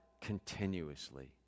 continuously